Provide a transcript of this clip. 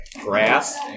grass